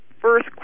first